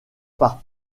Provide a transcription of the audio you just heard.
par